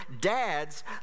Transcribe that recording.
dads